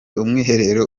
umwiherero